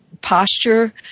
posture